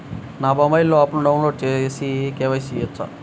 నా మొబైల్లో ఆప్ను డౌన్లోడ్ చేసి కే.వై.సి చేయచ్చా?